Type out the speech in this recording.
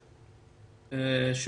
בבקשה.